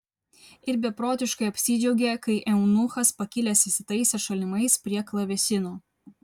ir beprotiškai apsidžiaugė kai eunuchas pakilęs įsitaisė šalimais prie klavesino